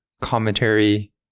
commentary